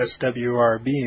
SWRB